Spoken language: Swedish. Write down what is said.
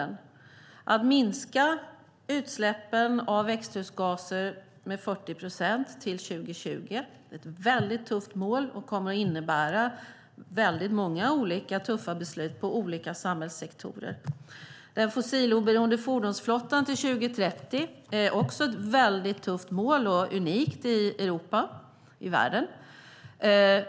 Vi ska minska utsläppen av växthusgaser med 40 procent till 2020. Det är ett tufft mål som kommer att innebära många svåra beslut i olika samhällssektorer. Vi ska ha en fossiloberoende fordonsflotta till 2030. Det är också ett tufft mål, och det är unikt i världen.